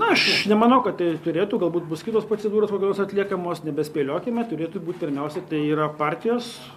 na aš nemanau kad tai turėtų galbūt bus kitos procedūros kokios atliekamos nebespėliokime turėtų būt pirmiausia tai yra partijos